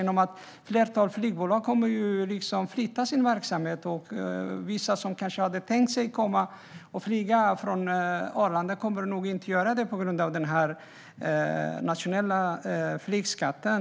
Ett flertal flygbolag kommer att flytta sin verksamhet, och vissa som kanske hade tänkt sig att flyga från Arlanda kommer nog inte att göra det på grund av den nationella flygskatten.